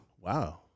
Wow